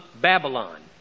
Babylon